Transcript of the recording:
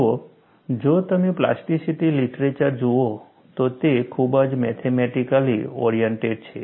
જુઓ જો તમે પ્લાસ્ટિસિટી લિટરેચર જુઓ તો તે ખૂબ જ મેથમેટિકલી ઓરિએન્ટેડ છે